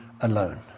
alone